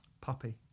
puppy